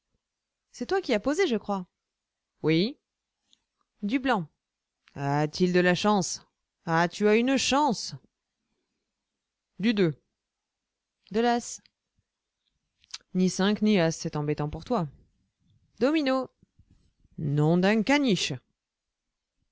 c'est toi qui as posé je crois oui du blanc a-t-il de la chance ah tu as une chance longue rêverie du deux de l'as ni cinq ni as c'est embêtant pour toi domino nom d'un caniche